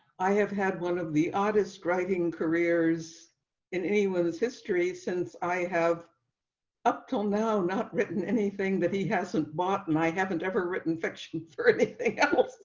i have had one of the oddest writing careers in anyone's history since i have up till now not written anything that he hasn't bought my haven't ever written fiction. jody